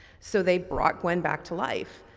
so, they brought gwen back to life.